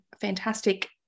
fantastic